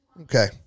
Okay